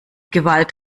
gewalt